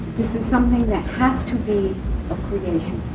this is something that has to be a creation.